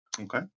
okay